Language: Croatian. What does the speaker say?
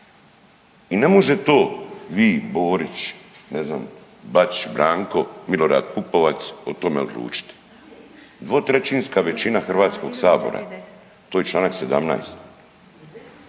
i ne može to vi, Borić, ne znam Bačić Branko, Milorad Pupovac o tome odlučiti. Dvotrećinska većina HS to je čl. 17.